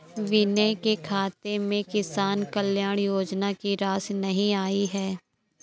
विनय के खाते में किसान कल्याण योजना की राशि नहीं आई है